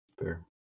Fair